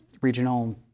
regional